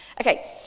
okay